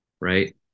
right